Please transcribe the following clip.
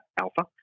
Alpha